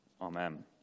Amen